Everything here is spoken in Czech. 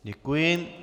Děkuji.